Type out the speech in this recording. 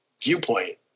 viewpoint